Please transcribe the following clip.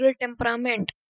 temperament